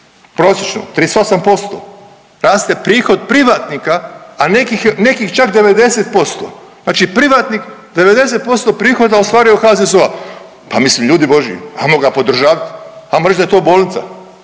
prosječno, 38%, raste prihod privatnika, a nekih, nekih čak 90%, znači privatnih 90% prihoda ostvaruje od HZZO-a, pa mislim ljudi božji pa ajmo ga podržavat, ajmo reć da je to bolnica,